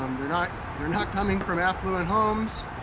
um they're not they're not coming from affluent homes.